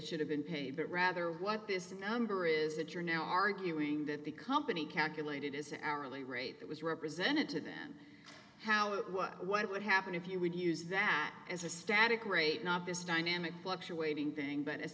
should have been paid but rather what this number is that you're now arguing that the company calculated is an hourly rate that was represented to them how it was what would happen if you would use that as a static rate not this dynamic fluctuating thing but